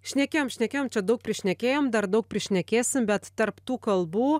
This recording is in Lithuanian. šnekėjom šnekėjom čia daug prišnekėjom dar daug prišnekėsim bet tarp tų kalbų